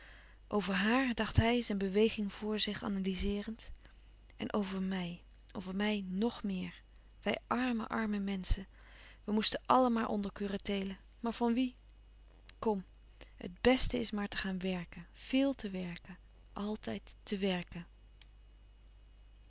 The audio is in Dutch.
over haar dacht hij zijn beweging voor zich analyzeerend en over mij over mij ng meer wij arme àrme menschen we moesten àllen maar onder curateele maar van wie kom het bèste is maar te gaan werken veel te werken altijd te werken